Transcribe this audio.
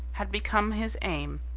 had become his aim,